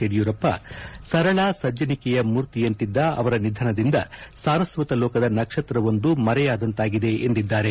ಯಡಿಯೂರಪ್ಪ ಸರಳ ಸಜ್ಜನಿಕೆಯ ಮೂರ್ತಿಯಂತಿದ್ದ ಅವರ ನಿಧನದಿಂದ ಸಾರಸ್ವತ ಲೋಕದ ನಕ್ಷತ್ರವೊಂದು ಮರೆಯಾದಂತಾಗಿದೆ ಎಂದಿದ್ದಾರೆ